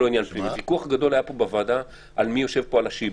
היה פה ויכוח גדול בוועדה על מי יושב פה על השיבר,